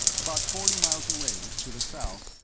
about forty miles away, to the south,